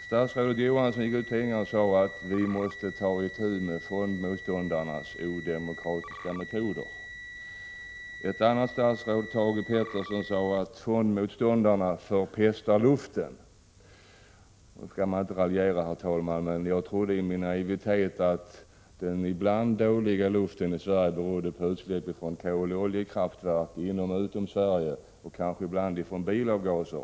Statsrådet Johansson har sagt att vi måste ta itu med fondmotståndarnas odemokratiska metoder. Ett annat statsråd, Thage Peterson, har sagt att fondmotståndarna förpestar luften. Man skall inte raljera, herr talman, men jag har trott — i min naivitet — att den ibland dåliga luften i Sverige berott på utsläpp från koloch oljekraftverk inom och utom Sverige och ibland kanske på bilavgaser.